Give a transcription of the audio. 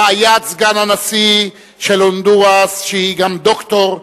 רעיית סגן הנשיא של הונדורס, שהיא גם דוקטור,